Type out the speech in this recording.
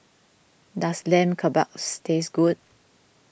does Lamb Kebabs taste good